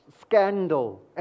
scandal